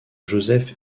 joseph